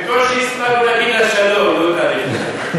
בקושי הספקנו להגיד לה שלום, לא תהליך.